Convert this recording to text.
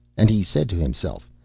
and he said to himself,